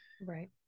Right